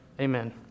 Amen